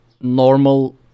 normal